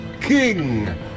King